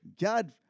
God